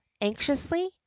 anxiously